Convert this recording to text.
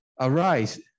Arise